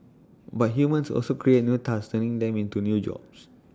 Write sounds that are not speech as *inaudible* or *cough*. but humans also create *noise* new tasks turning them into new jobs